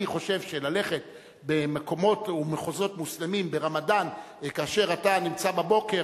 אני חושב שללכת במקומות ומחוזות מוסלמיים ברמדאן כאשר אתה נמצא בבוקר,